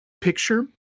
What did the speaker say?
picture